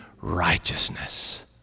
righteousness